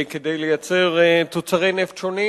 כדי לייצר תוצרי נפט שונים.